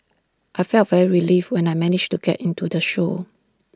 I felt very relieved when I managed to get into the show